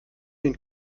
den